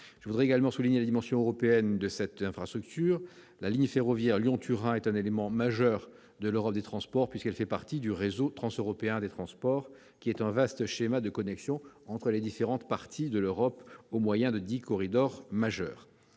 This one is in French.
Je voudrais également souligner la dimension européenne de cette infrastructure. La ligne ferroviaire Lyon-Turin est un élément de l'Europe des transports puisqu'elle fait partie du réseau transeuropéen des transports, qui est un vaste schéma de connexions entre les différentes parties de l'Europe au moyen de dix corridors.